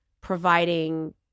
providing